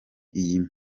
iyi